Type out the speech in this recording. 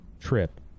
trip